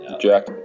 Jack